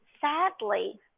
sadly